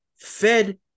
fed